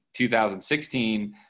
2016